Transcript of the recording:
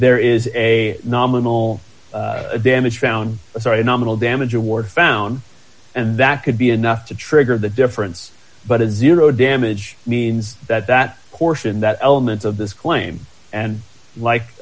there is a nominal damage found sorry nominal damage award found and that could be enough to trigger the difference but it's zero damage means that that portion that elements of this claim and